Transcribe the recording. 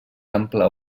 ampla